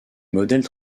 modèles